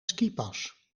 skipas